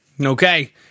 Okay